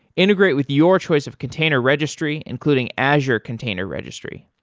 integrate with your choice of container registry, including azure container registry.